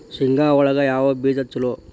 ಶೇಂಗಾ ಒಳಗ ಯಾವ ಬೇಜ ಛಲೋ?